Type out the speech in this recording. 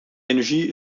energie